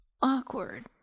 awkward